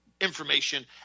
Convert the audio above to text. information